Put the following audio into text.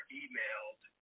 emailed